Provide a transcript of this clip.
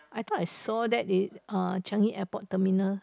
I thought I saw that in uh Changi Airport terminal